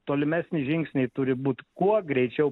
tolimesniai žingsniai turi būt kuo greičiau